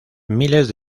miles